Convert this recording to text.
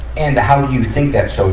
and, how do you think that, so